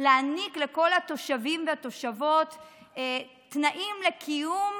להעניק לכל התושבים והתושבות תנאים לקיום